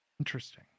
Interesting